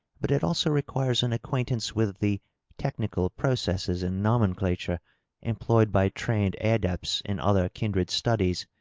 but it also re quires an acquaintance with the technical processes and nomenclature employed by trained adepts in other kindred studies.